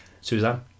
Suzanne